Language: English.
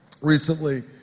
recently